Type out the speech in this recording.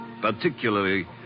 Particularly